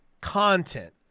content